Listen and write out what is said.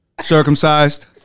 Circumcised